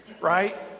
right